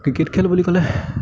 cricket খেল বুলি ক'লে